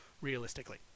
realistically